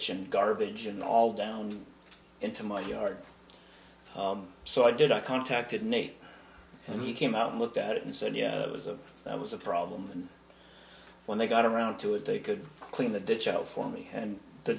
that garbage and all down into my yard so i did i contacted nate and he came out and looked at it and said yeah it was a that was a problem and when they got around to it they could clean the ditch out for me and the